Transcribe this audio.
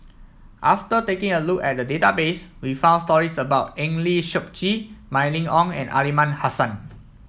after taking a look at the database we found stories about Eng Lee Seok Chee Mylene Ong and Aliman Hassan